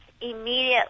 immediately